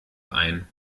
ein